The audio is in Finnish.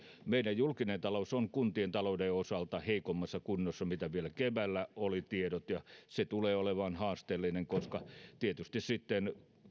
meidän julkinen talous on kuntien talouden osalta heikommassa kunnossa kuin mitä vielä keväällä olivat tiedot ja se tulee olemaan haasteellinen koska tietysti sitten